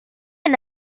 ian